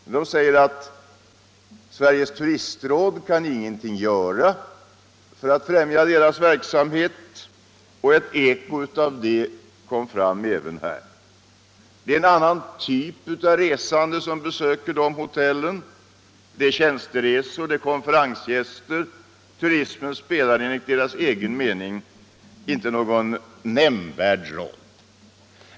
Förbundet säger att Sveriges turistråd ingenting kan göra för att främja dess verksamhet. Ett eko av det kommer fram även här. Det är en annan typ av resande som besöker de hotellen — det är personer på tjänsteresor, det är konferensdeltagare. Turismen spelar enligt förbundets mening inte någon nämnvärd roll.